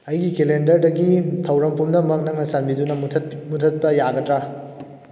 ꯑꯩꯒꯤ ꯀꯦꯂꯦꯟꯗꯔꯗꯒꯤ ꯊꯧꯔꯝ ꯄꯨꯝꯅꯃꯛ ꯅꯪꯅ ꯆꯥꯟꯕꯤꯗꯨꯅ ꯃꯨꯊꯠꯄ ꯌꯥꯒꯗ꯭ꯔꯥ